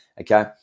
okay